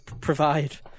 provide